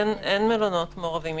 אין מלונות מעורבים.